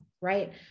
right